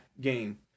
game